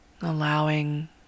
allowing